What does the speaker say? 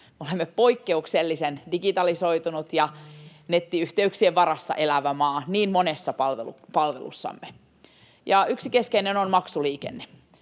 Olemme poikkeuksellisen digitalisoitunut ja nettiyhteyksien varassa elävä maa niin monessa palvelussamme. Yksi keskeinen on maksuliikenne;